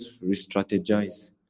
re-strategize